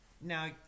Now